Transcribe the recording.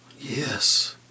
Yes